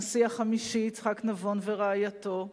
הנשיא החמישי יצחק נבון ורעייתו,